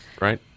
right